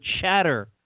chatter